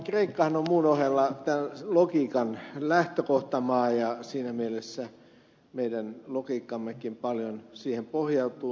kreikkahan on muun ohella logiikan lähtökohtamaa ja siinä mielessä meidän logiikkammekin paljon siihen pohjautuu